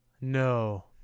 No